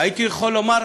הייתי יכול לומר: